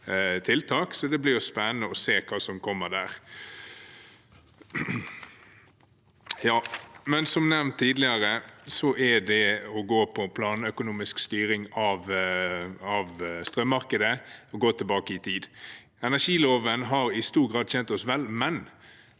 så det blir spennende å se hva som kommer der. Som nevnt tidligere: Det å gå for planøkonomisk styring av strømmarkedet er å gå tilbake i tid. Energiloven har i stor grad tjent oss vel, men